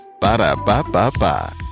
ba-da-ba-ba-ba